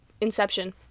Inception